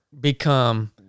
become